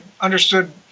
understood